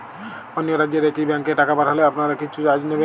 অন্য রাজ্যের একি ব্যাংক এ টাকা পাঠালে আপনারা কী কিছু চার্জ নেন?